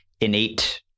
innate